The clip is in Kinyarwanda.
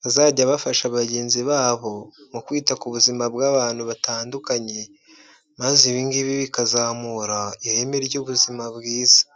bazajya bafasha bagenzi babo mu kwita ku buzima bw’abantu batandukanye. Maze ibingibi bikazamura ireme ry’ubuzima bwiza.